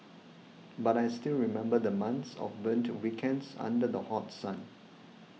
but I still remember the months of burnt weekends under the hot sun